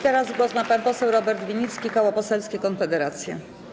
Teraz głos ma pan poseł Robert Winnicki, Koło Poselskie Konfederacja.